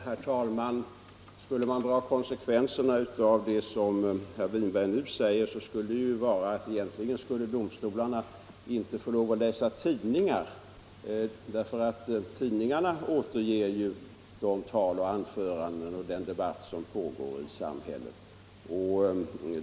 Herr talman! Skulle man dra konsekvenserna av vad herr Winberg nu säger skulle det vara att egentligen får domarna inte läsa tidningar, därför att tidningarna återger de tal och anföranden som hålls och den debatt som pågår i samhället.